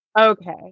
Okay